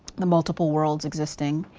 the multiple worlds existing.